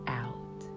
out